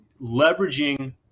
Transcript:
leveraging